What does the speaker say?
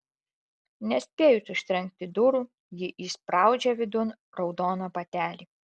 nespėjus užtrenkti durų ji įspraudžia vidun raudoną batelį